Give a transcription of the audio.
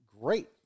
Great